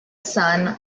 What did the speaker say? son